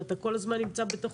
ואתה כל הזמן נמצא בתוך...